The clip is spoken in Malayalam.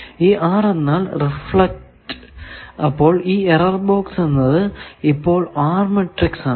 ഈ R എന്നാൽ റിഫ്ലക്ട് അപ്പോൾ ഈ എറർ ബോക്സ് എന്നത് ഇപ്പോൾ R മാട്രിക്സ് ആണ്